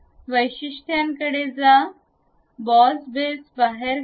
वैशिष्ट्यांकडे जा बॉस बेस बाहेर काढा